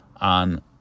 on